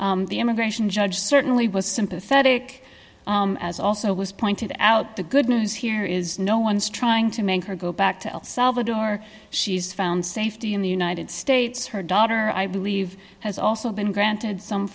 case the immigration judge certainly was sympathetic as also was pointed out the good news here is no one's trying to make her go back to el salvador she's found safety in the united states her daughter i believe has also been granted some